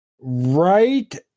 right